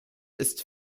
ist